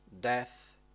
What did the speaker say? death